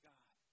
God